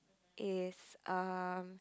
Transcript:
if um